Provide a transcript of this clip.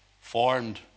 Formed